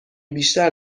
بیشتر